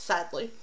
Sadly